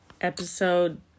Episode